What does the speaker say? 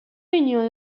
union